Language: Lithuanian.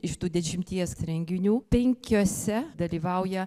iš tų dešimties renginių penkiuose dalyvauja